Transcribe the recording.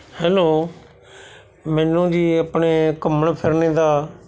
hello ਮੈਨੂੰ ਜੀ ਆਪਣੇ ਘੁੰਮਣ ਫਿਰਨੇ ਦਾ